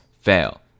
fail